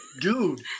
Dude